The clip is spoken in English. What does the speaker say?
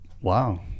wow